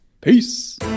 Peace